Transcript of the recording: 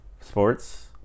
sports